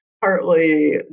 partly